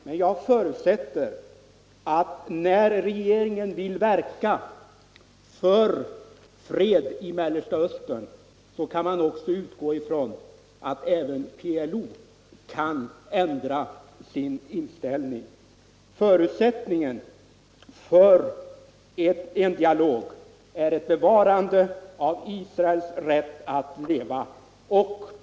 Men jag förutsätter att när regeringen vill verka för fred i Mellersta Östern kan en utgångspunkt vara att även PLO kan ändra sin inställning. Förutsättningen för en dialog är ett bevarande av Israels rätt att leva.